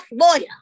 lawyer